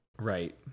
Right